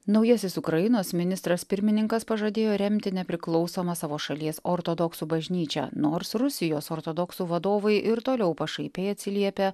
naujasis ukrainos ministras pirmininkas pažadėjo remti nepriklausomą savo šalies ortodoksų bažnyčią nors rusijos ortodoksų vadovai ir toliau pašaipiai atsiliepia